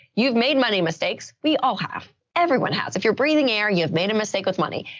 you've made money, mistakes. we all have everyone has, if you're breathing air, you have made a mistake with money.